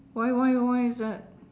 why why why is that